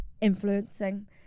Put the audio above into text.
influencing